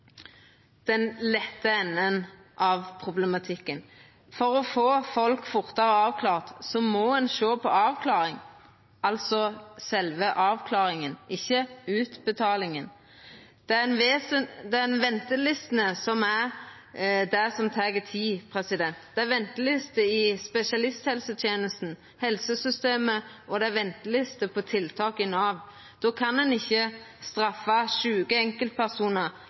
av problematikken. For å få folk fortare avklara må ein sjå på sjølve avklaringa, ikkje utbetalinga. Det er ventelistene som tek tid. Det er venteliste i spesialisthelsetenesta og helsesystemet, og det er venteliste på tiltak i Nav. Ein kan ikkje straffa sjuke enkeltpersonar